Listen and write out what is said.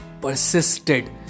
persisted